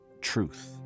truth